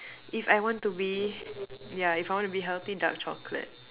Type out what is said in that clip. if I want to be yeah if I want to be healthy dark chocolate